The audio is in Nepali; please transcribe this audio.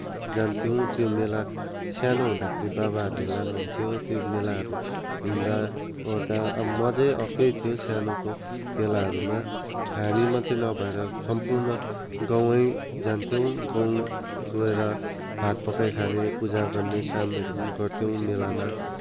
जान्थ्यौँ त्यो मेला सानो हुँदाखेरि बाबाहरूले लानुहुन्थ्यो त्यो मेलाहरू घुम्दा ओर्दा अब मजै अर्कै थियो सानोको मेलाहरूमा हामी मात्रै नभएर सम्पूर्ण गाउँ नै जान्थ्यौँ गाउँ गएर भात पकाएर खाने पूजा गर्ने कामहरू पनि गर्थ्यौँ मेलामा